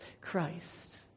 Christ